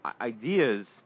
ideas